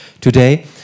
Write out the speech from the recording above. today